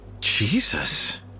jesus